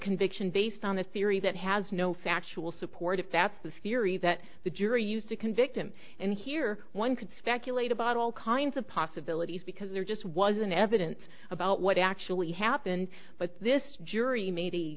conviction based on a theory that has no factual support if that's the scary that the jury used to convict him and here one can speculate about all kinds of possibilities because there just wasn't evidence about what actually happened but this jury